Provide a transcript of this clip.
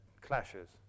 clashes